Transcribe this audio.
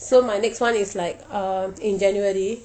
so my next [one] is like uh in january